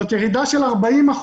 זאת ירידה של 40%,